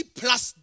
plus